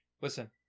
Listen